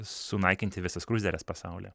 sunaikinti visas skruzdėles pasaulį